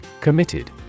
Committed